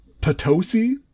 Potosi